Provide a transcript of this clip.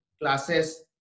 classes